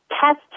test